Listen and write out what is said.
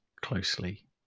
closely